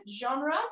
Genre